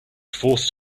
forced